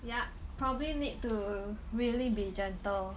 yeah probably need to really be gentle